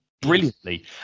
brilliantly